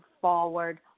forward